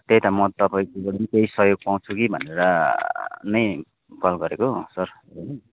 त्यही त म तपाईँको बाट पनि केही सहयोग पाउँछु कि भनेर नै कल गरेको सर